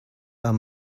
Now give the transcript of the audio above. are